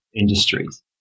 industries